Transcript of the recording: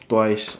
twice